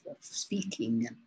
speaking